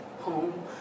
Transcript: home